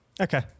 Okay